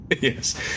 yes